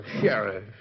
Sheriff